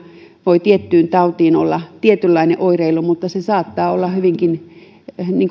voi tiettyyn tautiin olla tietynlainen oireilu mutta se saattaa hyvinkin olla